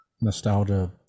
nostalgia